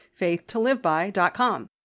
faithtoliveby.com